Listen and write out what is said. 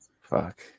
Fuck